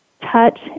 touch